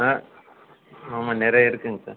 ஆ ஆமாம் நிறைய இருக்குங்க சார்